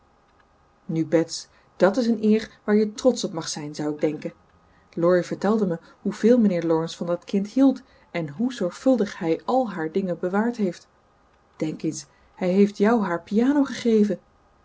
nu bets dàt is een eer waar je trotsch op mag zijn zou ik denken laurie vertelde me hoeveel mijnheer laurence van dat kind hield en hoe zorgvuldig hij al haar dingen bewaard heeft denk eens hij heeft jou haar piano gegeven